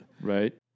Right